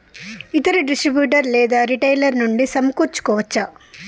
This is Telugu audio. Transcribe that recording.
ఇతర డిస్ట్రిబ్యూటర్ లేదా రిటైలర్ నుండి సమకూర్చుకోవచ్చా?